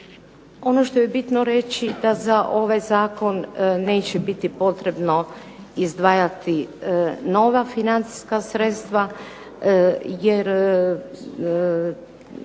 Ono što je bitno reći da za ovaj zakon neće biti potrebno izdvajati nova financijska sredstva jer